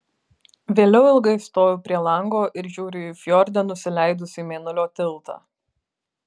vėliau ilgai stoviu prie lango ir žiūriu į fjorde nusileidusį mėnulio tiltą